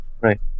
Right